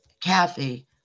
Kathy